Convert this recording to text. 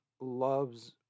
loves